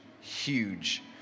huge